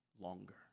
longer